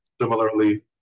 similarly